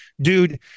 Dude